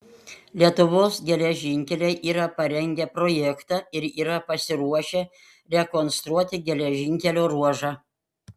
lietuvos geležinkeliai yra parengę projektą ir yra pasiruošę rekonstruoti geležinkelio ruožą